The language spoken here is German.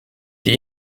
die